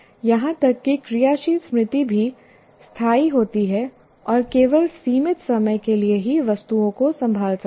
यहां तक कि क्रियाशील स्मृति भी अस्थायी होती है और केवल सीमित समय के लिए ही वस्तुओं को संभाल सकती है